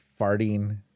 farting